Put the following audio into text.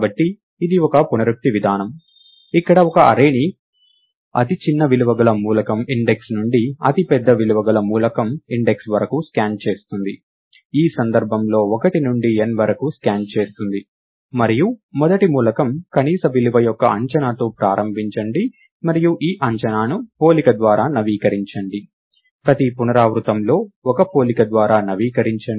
కాబట్టి ఇది ఒక పునరుక్తి విధానం ఇక్కడ ఒక అర్రే ని అతిచిన్న విలువగల మూలకం ఇండెక్స్ నుండి అతిపెద్ద విలువగల మూలకం ఇండెక్స్ వరకు స్కాన్ చేస్తుంది ఈ సందర్భంలో 1 నుండి n వరకు స్కాన్ చేస్తుంది మరియు మొదటి మూలకం కనీస విలువ యొక్క అంచనాతో ప్రారంభించండి మరియు ఈ అంచనాను పోలిక ద్వారా నవీకరించండి ప్రతి పునరావృతంలో ఒక పోలిక ద్వారా నవీకరించండి